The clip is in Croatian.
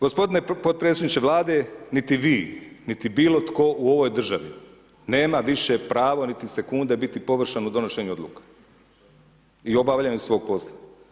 Gospodine podpredsjedniče Vlade, niti vi, niti bilo tko u ovoj državi nema više pravo niti sekunde biti površan u donošenju odluka i obavljanju svog posla.